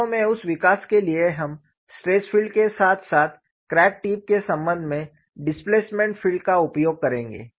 वास्तव में उस विकास के लिए हम स्ट्रेस फील्ड के साथ साथ क्रैक टिप के संबंध में डिस्प्लेसमेंट फील्ड का उपयोग करेंगे